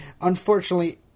Unfortunately